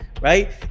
right